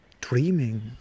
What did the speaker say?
dreaming